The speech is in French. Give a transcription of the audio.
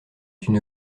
une